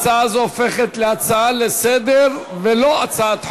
ההצעה הזאת הופכת להצעה לסדר-היום ולא תהיה הצעת חוק.